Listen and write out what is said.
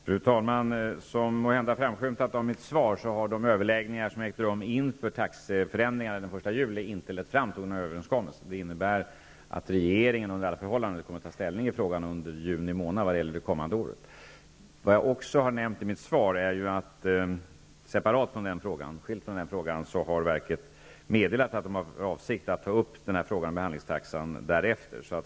Fru talman! Som måhända framskymtat i mitt svar har de överläggningar som ägt rum inför taxeförändringarna den 1 juli inte lett fram till någon överenskommelse. Detta innebär i vad gäller det kommande året att regeringen i juni under alla förhållanden kommer att ta ställning till frågan. I svaret har jag också framhållit att verket, utan anknytning till den här frågan, har meddelat att verket tänker ta upp spörsmålet om behandlingstaxan.